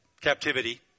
captivity